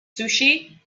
sushi